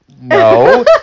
No